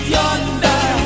yonder